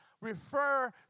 refer